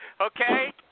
Okay